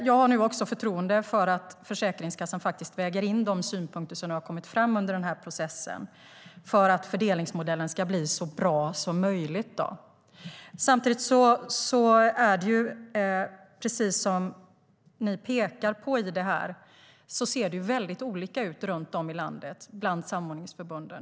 Jag har förtroende för att Försäkringskassan nu väger in de synpunkter som har kommit fram under processen, för att fördelningsmodellen ska bli så bra som möjligt. Det ser väldigt olika ut bland samordningsförbunden runt om i landet, precis som du pekar på.